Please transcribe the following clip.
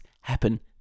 happen